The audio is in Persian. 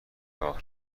راه